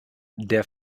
der